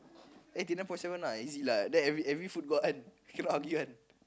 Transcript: eighty nine point seven lah easy lah then every every foot got one cannot argue one